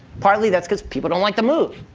partly, that's because people don't like to move.